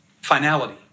finality